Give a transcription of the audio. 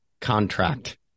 contract